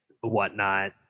whatnot